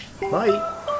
Bye